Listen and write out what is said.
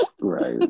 Right